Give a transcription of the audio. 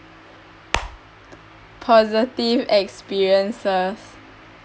positive experiences